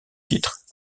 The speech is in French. titre